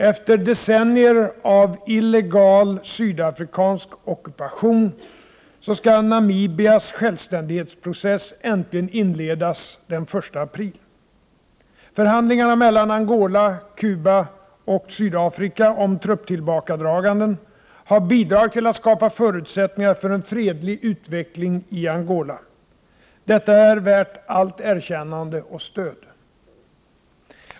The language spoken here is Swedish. Efter decennier av illegal sydafrikansk ockupation skall Namibias 3 självständighetsprocess äntligen inledas den 1 april. Förhandlingarna mellan Angola, Cuba och Sydafrika om trupptillbakadraganden har bidragit till att skapa förutsättningar för en fredlig utveckling i Angola. Detta är värt allt erkännande och stöd.